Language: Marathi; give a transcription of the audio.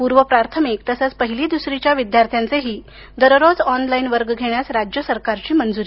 पूर्व प्राथमिक तसंच पहिली दुसरीच्या विद्यार्थ्यांचेही दररोज ऑनलाईन वर्ग घेण्यास राज्य सरकारची मंजूरी